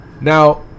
Now